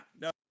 no